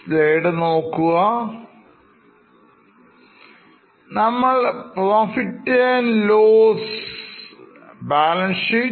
Refer Slide Time 0105 നമ്മൾ P and L balance sheet